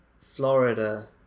Florida